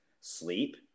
Sleep